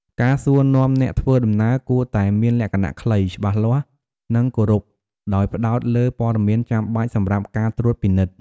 ការសួរនាំអ្នកធ្វើដំណើរគួរតែមានលក្ខណៈខ្លី ច្បាស់លាស់ និងគោរព ដោយផ្តោតលើព័ត៌មានចាំបាច់សម្រាប់ការត្រួតពិនិត្យ។